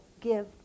give